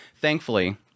Thankfully